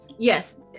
Yes